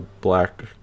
black